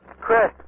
Chris